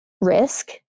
risk